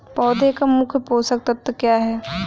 पौधे का मुख्य पोषक तत्व क्या हैं?